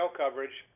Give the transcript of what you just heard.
coverage